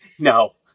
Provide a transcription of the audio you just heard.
No